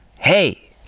hey